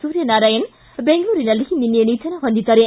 ಸೂರ್ಯನಾರಾಯಣ ಬೆಂಗಳೂರಿನಲ್ಲಿ ನಿನ್ನೆ ನಿಧನ ಹೊಂದಿದ್ದಾರೆ